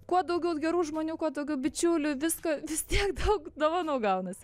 kuo daugiau gerų žmonių kuo daugiau bičiulių visko vis tiek daug dovanų gaunasi